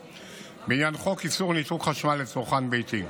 בעניין חוק איסור ניתוק חשמל לצרכן ביתי.